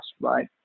right